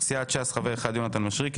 סיעת ש"ס, חבר אחד: יונתן מישרקי.